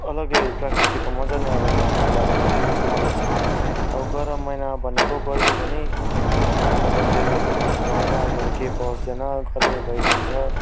अलग्गै प्रकृतिको मज्जा नै अलग्गै आउँछ जाडो महिनामा मलाई चाहिँ अब गरम महिनामा भनेको गयो भने अब खानु पनि जे पायो त्यही खानु भएन केही पच्दैन गर्मी भइदिन्छ